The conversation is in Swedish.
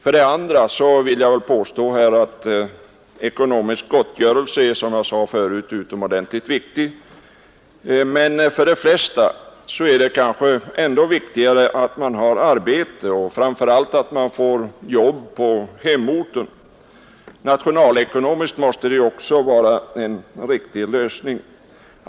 För det andra är ekonomisk gottgörelse, som jag sade förut, utomordentligt viktig. Men för de flesta är det kanske ännu viktigare att man har arbete och framför allt att man får jobb på hemorten. Nationalekonomiskt måste det ju också vara en riktig lösning.